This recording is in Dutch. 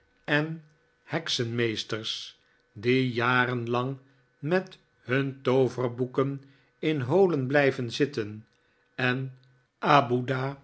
en heksenmeesters die jarenlang met hun tooverboeken in holen blijven zitten en abudah